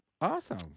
Awesome